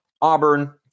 Auburn